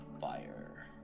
fire